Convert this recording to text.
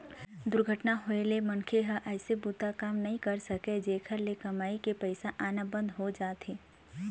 दुरघटना होए ले मनखे ह अइसने बूता काम नइ कर सकय, जेखर ले कमई के पइसा आना बंद हो जाथे